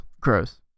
Gross